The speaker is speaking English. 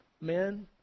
Men